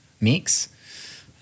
mix